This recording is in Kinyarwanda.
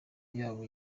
yabo